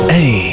Hey